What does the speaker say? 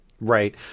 Right